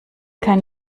kein